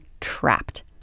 trapped